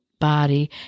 body